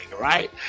right